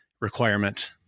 requirement